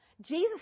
Jesus